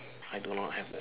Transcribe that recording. I do not have that